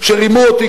שרימו אותי,